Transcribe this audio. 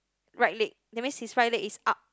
right leg that means his right leg is up